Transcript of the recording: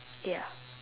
ya